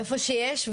איפה שיש,